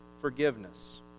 forgiveness